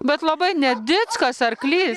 bet labai nedičkas arklys